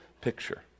picture